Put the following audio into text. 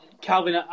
Calvin